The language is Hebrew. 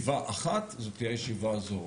של כל הוצאה שהוציא חבר בקשר להשתתפותו בישיבה,